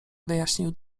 wyjaśnił